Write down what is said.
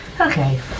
Okay